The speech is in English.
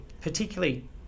particularly